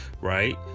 right